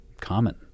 common